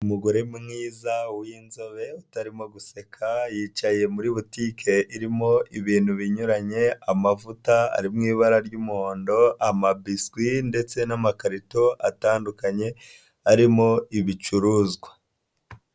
Umugore mwiza w'inzobe utarimo guseka, yicaye muri botike irimo ibintu binyuranye, amavuta ari mu ibara ry'umuhondo, amabiswi ndetse n'amakarito atandukanye, arimo ibicuruzwa.